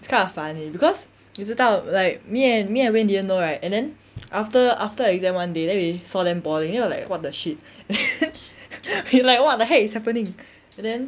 it's kind of funny because 你知道 like me and me and wayne didn't know right and then after after exam one day then we saw them bawling then we were like what the shit like what the heck is happening and then